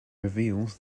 reveals